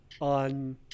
on